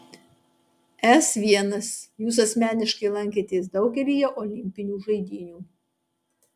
s l jūs asmeniškai lankėtės daugelyje olimpinių žaidynių